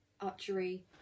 archery